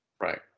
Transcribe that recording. right